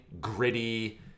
gritty